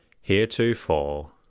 Heretofore